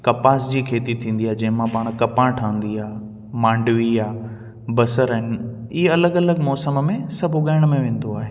कपास जी खेती थींदी आहे जंहिंमां पाण कपहि ठहंदी आहे माण्डवी आहे बसरु आहिनि इहे अलॻि अलॻि मौसम में सभु उगाइअण में वेंदो आहे